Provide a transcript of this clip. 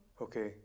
Okay